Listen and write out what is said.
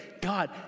God